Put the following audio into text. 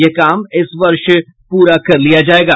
यह काम इस वर्ष पूरा कर लिया जायेगा